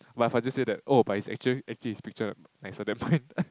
but Faizul say that oh but it's actually actually his picture nicer than mine